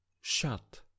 shut